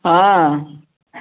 ହଁ